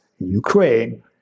Ukraine